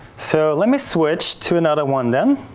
so, let me switch to another one then.